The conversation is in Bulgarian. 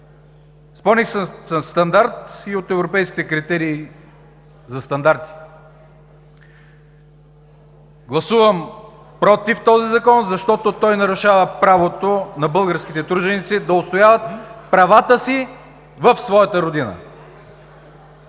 по-нисък стандарт и от европейските критерии за стандарти. Гласувам „против“ този закон, защото той нарушава правото на българските труженици да отстояват правата си в своята родина.